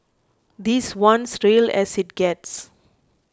this one's real as it gets